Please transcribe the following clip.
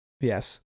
Yes